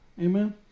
amen